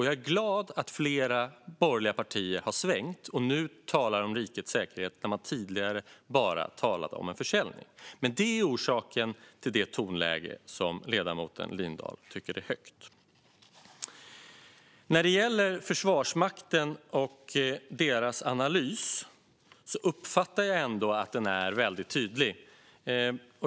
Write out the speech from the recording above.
Jag är glad att flera borgerliga partier har svängt och nu talar om rikets säkerhet när de tidigare bara talat om en försäljning. Det är orsaken till det tonläge som ledamoten Lindahl tycker är högt. När det gäller Försvarsmakten och deras analys uppfattar jag ändå att den är väldigt tydlig.